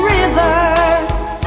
rivers